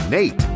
Nate